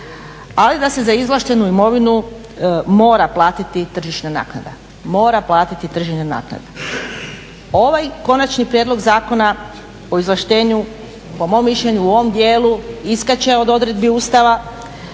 ali da se za izvlaštenu imovinu mora platiti tržišna naknada. Ovaj Konačni prijedlog Zakona o izvlaštenju po mom mišljenju u ovom dijelu iskače od odredbi Ustava